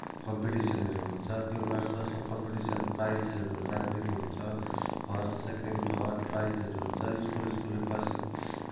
कम्पिटिसनहरू हुन्छ त्यो मार्च पासमा कम्पिटिसन प्राइजहरू राखिदिएको हुन्छ फर्स्ट सेकेन्ड थर्ड प्राइजहरू हुन्छ स्कुल स्कुलले